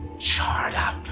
charred-up